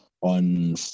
on